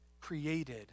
created